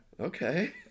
Okay